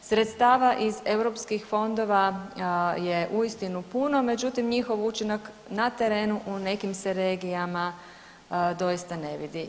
Sredstava iz EU fondova je uistinu puno, međutim njihov učinak na terenu u nekim se regijama doista ne vidi.